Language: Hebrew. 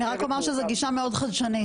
אני רק אומר שזה גישה מאוד חדשנית.